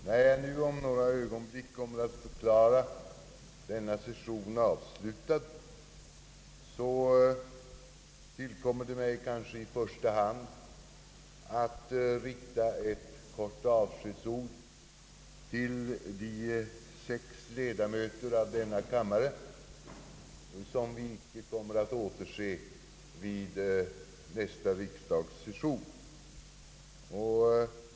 När jag nu om några ögonblick förklarar denna session avslutad vill jag i första hand rikta ett kort avskedsord till de sex ledamöter av denna kammare som vi icke kommer att återse vid nästa riksdagssession.